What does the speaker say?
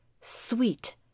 sweet